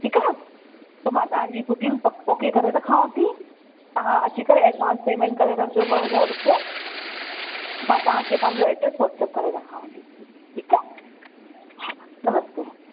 ठीकु आहे पोइ मां तव्हांजी बुकिंग पक ओके करे रखांव थी तव्हां अची करे एडवांस पेमेंट करे रखिजो ॿ हज़ार रुपिया मां तव्हांखे पंहिंजो एड्रेस वाट्सअप करे रखांव थी ठीकु आहे हा नमस्ते